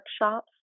workshops